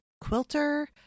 quilter